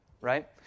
right